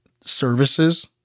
services